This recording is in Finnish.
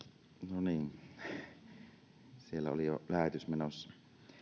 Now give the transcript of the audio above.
no niin siellä oli jo lähetys menossa